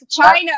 China